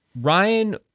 Ryan